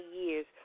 years